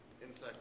insects